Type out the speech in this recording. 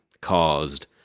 caused